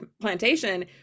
plantation